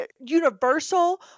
Universal